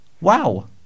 Wow